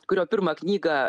kurio pirmą knygą